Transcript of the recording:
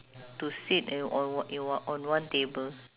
to sit in on i~ on one table